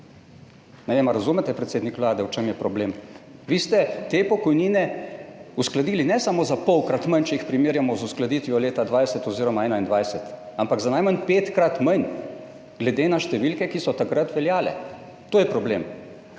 Ne vem, ali razumete, predsednik Vlade, v čem je problem. Vi ste te pokojnine uskladili ne samo za polkrat manj, če jih primerjamo z uskladitvijo leta 2020 oziroma 2021, ampak za najmanj petkrat manj glede na številke, ki so veljale takrat. To je problem.